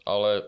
Ale